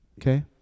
okay